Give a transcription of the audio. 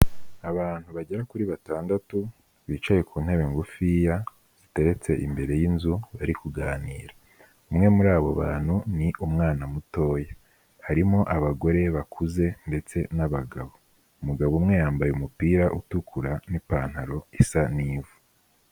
Abantu bagera kuri batandatu bicaye ku ntebe ngufiya, ziteretse imbere y'inzu bari kuganira, umwe muri abo bantu ni umwana mutoya, harimo abagore bakuze ndetse n'abagabo, umugabo umwe yambaye umupira utukura n'ipantaro isa n'ivu.